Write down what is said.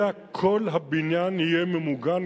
אלא כל הבניין יהיה ממוגן,